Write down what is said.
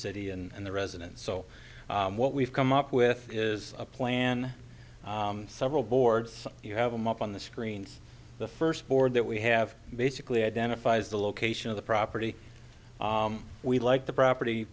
city and the residents so what we've come up with is a plan several boards you have them up on the screen the first board that we have basically identifies the location of the property we like the property